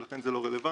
ולכן זה לא רלוונטי,